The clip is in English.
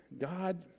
God